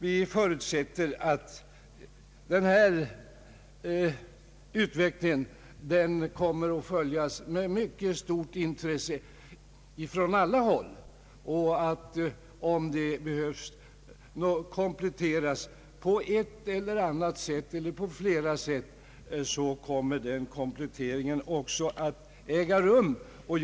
Vi förutsätter att utvecklingen kommer att följas med mycket stort intresse från alla håll och att en komplettering också kommer att äga rum på ett eller annat sätt om så skulle erfordras.